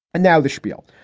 and now the schpiel,